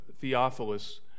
Theophilus